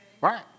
Right